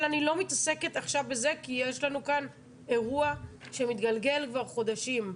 אבל אני לא מתעסקת עכשיו בזה כי יש לנו כאן אירוע שמתגלגל כבר חודשים.